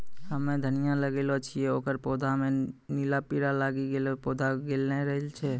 हम्मे धनिया लगैलो छियै ओकर पौधा मे नीला कीड़ा लागी गैलै पौधा गैलरहल छै?